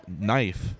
knife